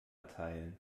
teilen